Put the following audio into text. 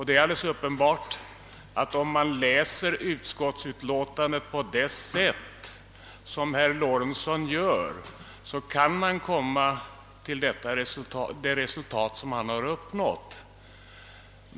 Det är alldeles uppenbart att om man läser utlåtandet på det sätt som herr Lorentzon gör, så kan man komma till det resultat som han har uppnått.